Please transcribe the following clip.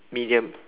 medium